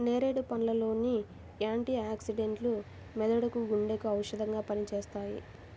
నేరేడు పండ్ల లోని యాంటీ ఆక్సిడెంట్లు మెదడుకు, గుండెకు ఔషధంగా పనిచేస్తాయి